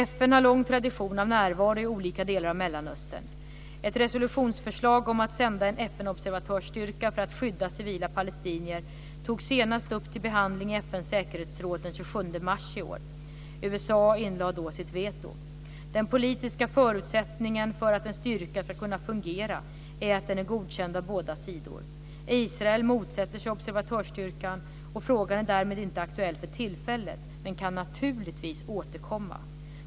FN har en lång tradition av närvaro i olika delar av Mellanöstern. Ett resolutionsförslag om att sända en FN-observatörsstyrka för att skydda civila palestinier togs senast upp till behandling i FN:s säkerhetsråd den 27 mars i år. USA inlade då sitt veto. Den politiska förutsättningen för att en styrka ska kunna fungera är att den är godkänd av båda sidor. Israel motsätter sig observatörsstyrkan, och frågan är därmed inte aktuell för tillfället, men kan naturligtvis återkomma.